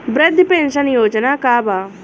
वृद्ध पेंशन योजना का बा?